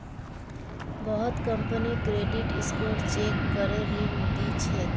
बहुत company credit score check करे ऋण दी छेक